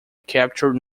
capture